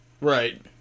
Right